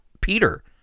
peter